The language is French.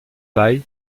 paille